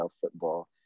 football